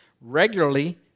regularly